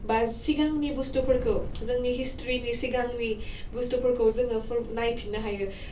बा सिगांनि बुस्थुफोरखौ जोंनि हिसट्रिनि सिगांनि बुस्थुफोरखौ जोङो प्रुफ नायफिननो हायो